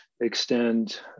extend